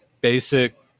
basic